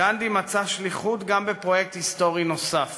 גנדי מצא שליחות גם בפרויקט היסטורי נוסף